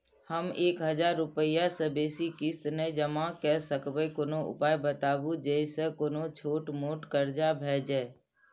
हम एक हजार रूपया से बेसी किस्त नय जमा के सकबे कोनो उपाय बताबु जै से कोनो छोट मोट कर्जा भे जै?